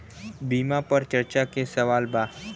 बीमा पर चर्चा के सवाल बा?